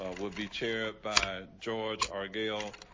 ah will be chaired by george r gayle.